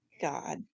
God